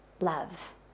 love